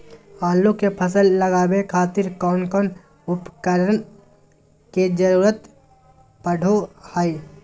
आलू के फसल लगावे खातिर कौन कौन उपकरण के जरूरत पढ़ो हाय?